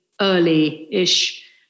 early-ish